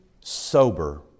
sober